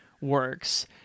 works